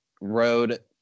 road